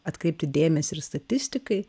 atkreipti dėmesį ir statistikai